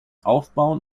aufbauen